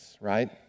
right